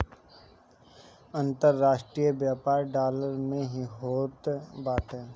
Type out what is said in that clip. अन्तरराष्ट्रीय व्यापार डॉलर में ही होत बाटे